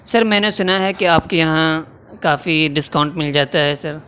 سر میں نے سنا ہے کہ آپ کے یہاں کافی ڈسکاؤنٹ مل جاتا ہے سر